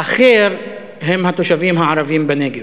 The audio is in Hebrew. אחר הם התושבים הערבים בנגב.